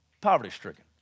poverty-stricken